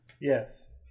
Yes